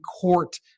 Court